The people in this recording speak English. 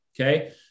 okay